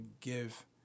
give